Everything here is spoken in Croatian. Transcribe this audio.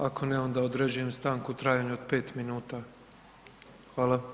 Ako ne, onda određujem stanku u trajanju od 5 minuta, hvala.